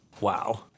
Wow